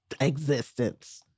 existence